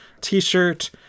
t-shirt